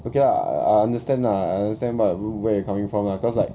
okay lah I I understand lah I understand what where you coming from lah cause like